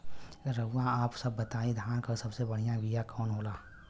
रउआ आप सब बताई धान क सबसे बढ़ियां बिया कवन होला?